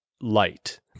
light